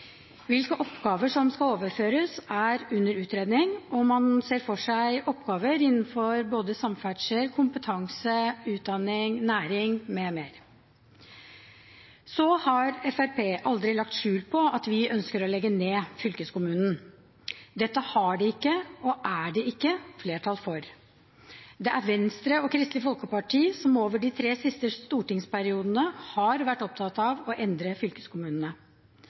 Hvilke oppgaver som skal overføres, er under utredning, og man ser for seg oppgaver innenfor både samferdsel, kompetanse, utdanning, næring m.m. Så har Fremskrittspartiet aldri lagt skjul på at vi ønsker å legge ned fylkeskommunen. Dette er det ikke flertall for. Det er Venstre og Kristelig Folkeparti som over de tre siste stortingsperiodene har vært opptatt av å endre fylkeskommunene.